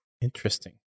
Interesting